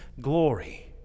glory